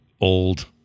old